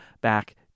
back